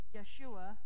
Yeshua